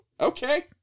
Okay